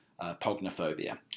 pognophobia